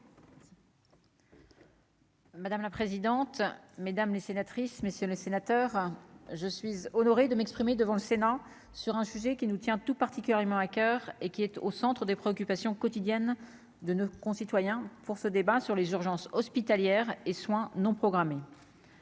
Madame la présidente, mesdames les sénatrices, messieurs les sénateurs, je suis honoré de m'exprimer devant le Sénat, sur un sujet qui nous tient tout particulièrement à coeur et qui est au centre des préoccupations quotidiennes de nos concitoyens pour ce débat sur les urgences hospitalières et soins non programmés.